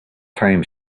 time